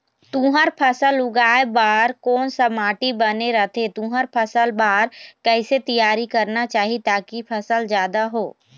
तुंहर फसल उगाए बार कोन सा माटी बने रथे तुंहर फसल बार कैसे तियारी करना चाही ताकि फसल जादा हो?